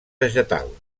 vegetal